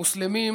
מוסלמים,